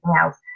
else